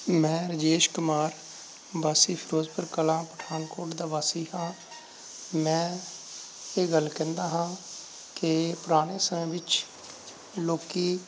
ਮੈਂ ਰਜੇਸ਼ ਕੁਮਾਰ ਵਾਸੀ ਫਿਰੋਜਪੁਰ ਕਲਾਂ ਪਠਾਨਕੋਟ ਦਾ ਵਾਸੀ ਹਾਂ ਮੈਂ ਇਹ ਗੱਲ ਕਹਿੰਦਾ ਹਾਂ ਕਿ ਪੁਰਾਣੇ ਸਮੇਂ ਵਿੱਚ ਲੋਕ